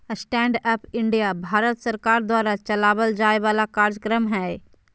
stand up India Bharat सरकार द्वारा चलावल जाय वाला कार्यक्रम हय